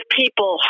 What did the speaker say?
people